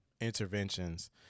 interventions